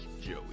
Joey